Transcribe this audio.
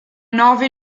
nove